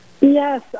Yes